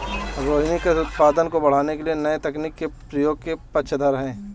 रोहिनी कृषि उत्पादन को बढ़ाने के लिए नए तकनीक के प्रयोग के पक्षधर है